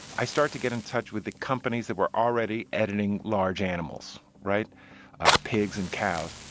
i start to get in touch with the companies that were already editing large animals, right pigs and cows.